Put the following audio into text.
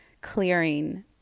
clearing